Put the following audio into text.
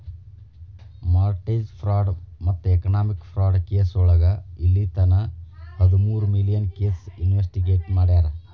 mortgage fraud ಮತ್ತ economic fraud ಕೆಸೋಳಗ ಇಲ್ಲಿತನ ಹದಮೂರು ಮಿಲಿಯನ್ ಕೇಸ್ ಇನ್ವೆಸ್ಟಿಗೇಟ್ ಮಾಡ್ಯಾರ